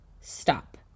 Stop